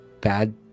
bad